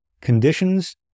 Conditions